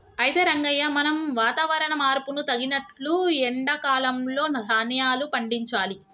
అయితే రంగయ్య మనం వాతావరణ మార్పును తగినట్లు ఎండా కాలంలో ధాన్యాలు పండించాలి